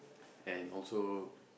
and also